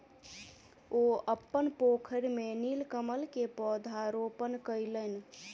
ओ अपन पोखैर में नीलकमल के पौधा रोपण कयलैन